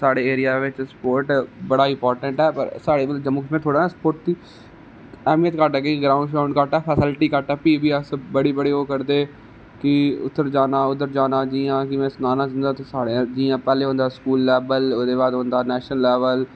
साढ़े एरिया बिच स्पोट बड़़ा इम्पाटेंट ऐ साढ़ा जम्मू कश्मीर बड़ी ऐहमीयत घट्ट ऐ फेसीलिटी घट्ट ऐ फिर बी अस बड़ी बड़ी ओह् करदे कि उद्धर जाना इद्धर जाना जि'यां कि में सनाना चांहदा जियां पैहले होंदा स्टेट लेबल ओहदे बाद होंदा नेशनल लेबल